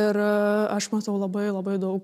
ir aš matau labai labai daug